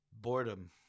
boredom